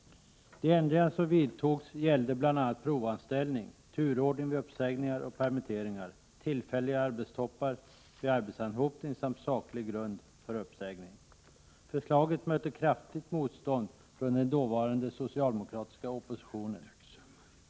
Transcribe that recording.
De ändringar som vidtogs gällde bl.a. provanställning, turordning vid uppsägningar och permitteringar, tillfälliga arbetstoppar vid arbetsanhopning samt saklig grund för uppsägning. Förslaget mötte kraftigt motstånd från den dåvarande socialdemokratiska oppositionen.